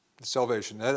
salvation